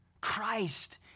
Christ